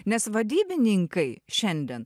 nes vadybininkai šiandien